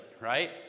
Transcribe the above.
right